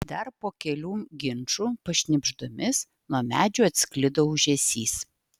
dar po kelių ginčų pašnibždomis nuo medžių atsklido ūžesys